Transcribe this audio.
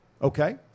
Okay